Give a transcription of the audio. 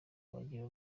bagira